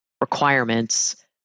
requirements